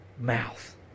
mouth